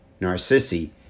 Narcissi